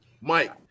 Mike